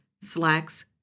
Slacks